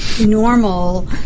normal